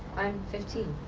i'm fifteen.